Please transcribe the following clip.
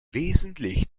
wesentlich